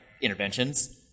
interventions